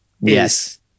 yes